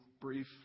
brief